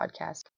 podcast